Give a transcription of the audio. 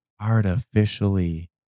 artificially